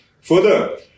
Further